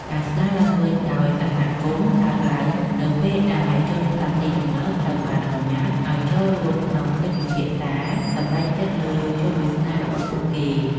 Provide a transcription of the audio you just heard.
ការស្តារឡើងវិញដោយសហគមន៍កើតឡើងនៅពេលដែលជនផ្លាស់ទីលំនៅត្រូវបានអនុញ្ញាតឱ្យចូលរួមក្នុងកិច្ចពិភាក្សាសម្រេចចិត្តលើជោគវាសនារបស់ពួកគេ។